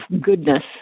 goodness